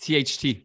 THT